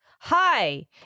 Hi